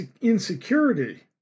insecurity